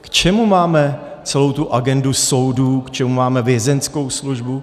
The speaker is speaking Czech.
K čemu máme celou agendu soudů, k čemu máme Vězeňskou službu?